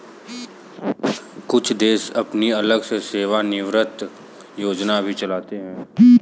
कुछ देश अपनी अलग से सेवानिवृत्त योजना भी चलाते हैं